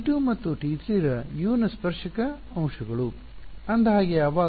T2 ಮತ್ತು T3 ರ U ನ ಸ್ಪರ್ಶಕ ಅಂಶಗಳು ವಿದ್ಯಾರ್ಥಿ ಅಂದಹಾಗೆ ಯಾವಾಗ